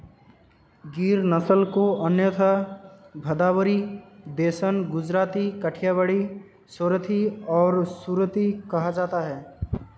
गिर नस्ल को अन्यथा भदावरी, देसन, गुजराती, काठियावाड़ी, सोरथी और सुरती कहा जाता है